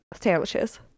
sandwiches